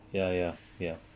ya ya ya